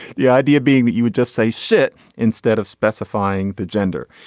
the idea being that you would just say shit instead of specifying the gender.